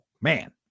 man